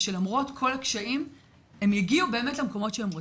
שלמרות כל הקשיים הם יגיעו באמת למקומות שהם רוצים.